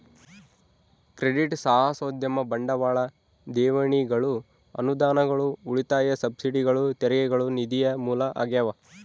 credit ಸಾಹಸೋದ್ಯಮ ಬಂಡವಾಳ ದೇಣಿಗೆಗಳು ಅನುದಾನಗಳು ಉಳಿತಾಯ ಸಬ್ಸಿಡಿಗಳು ತೆರಿಗೆಗಳು ನಿಧಿಯ ಮೂಲ ಆಗ್ಯಾವ